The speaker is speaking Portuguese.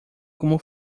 como